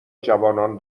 جوانان